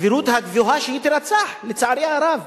הסבירות הגבוהה היא שהיא תירצח, לצערי הרב.